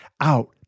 out